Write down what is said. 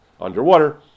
underwater